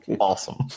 Awesome